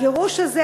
הגירוש הזה,